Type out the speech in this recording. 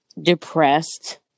depressed